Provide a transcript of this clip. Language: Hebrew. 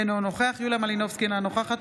אינו נוכח יוליה מלינובסקי, אינה נוכחת